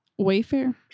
Wayfair